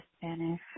Spanish